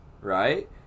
Right